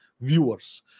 viewers